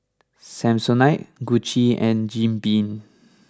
Samsonite Gucci and Jim Beam